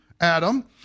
Adam